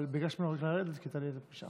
אבל ביקשתי ממנו רגע לרדת כי הייתה לי איזו פגישה.